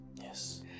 Yes